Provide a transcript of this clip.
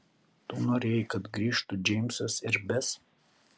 tu norėjai kad grįžtų džeimsas ir bes